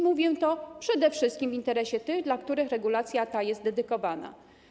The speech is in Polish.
Mówię to przede wszystkim w interesie tych, którym regulacja ta jest dedykowana.